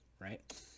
Right